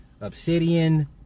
Obsidian